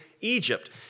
Egypt